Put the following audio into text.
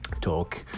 talk